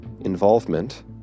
involvement